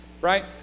right